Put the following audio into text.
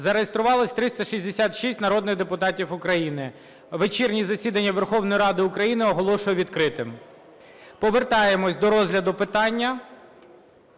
Зареєструвалося 366 народних депутатів України. Вечірнє засідання Верховної Ради України оголошую відкритим. Повертаємося до розгляду питання